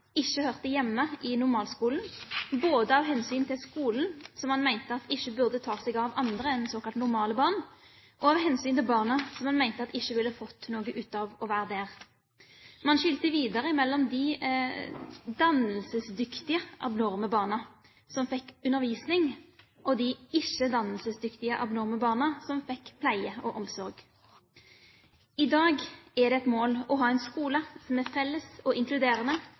ikke hørte hjemme i normalskolen, både av hensyn til skolen, som man mente ikke burde ta seg av andre enn såkalt normale barn, og av hensyn til barna, som man mente ikke ville få noe ut av å være der. Man skilte videre mellom de dannelsesdyktige abnorme barna, som fikk undervisning, og de ikke-dannelsesdyktige abnorme barna, som fikk pleie og omsorg. I dag er det et mål å ha en skole som er felles og inkluderende,